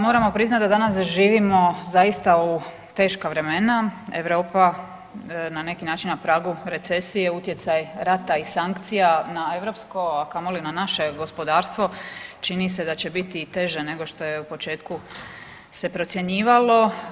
Moramo priznati da danas živimo zaista u teška vremena, Europa na neki način na pragu recesije, utjecaj rata i sankcija na europsko, a kamoli na naše gospodarstvo, čini se da će biti i teže nego što je u početku se procjenjivalo.